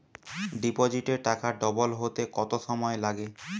ডিপোজিটে টাকা ডবল হতে কত সময় লাগে?